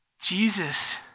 Jesus